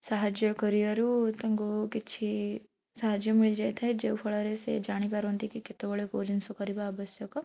ସାହାଯ୍ୟ କରିବାରୁ ତାଙ୍କୁ କିଛି ସାହାଯ୍ୟ ମିଳିଯାଇଥାଏ ଯେଉଁଫଳରେ ସେ ଜାଣିପାରନ୍ତି କି କେତେବେଳେ କେଉଁ ଜିନିଷ କରିବା ଆବଶ୍ୟକ